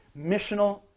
Missional